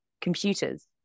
computers